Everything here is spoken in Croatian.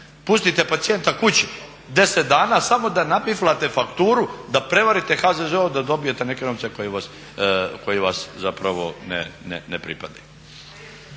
pustite pacijenata kući 10 dana samo da nabiflate fakturu da prevarite HZZO da dobijete neke nove koji vas zapravo ne pripadaju.